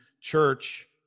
church